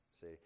See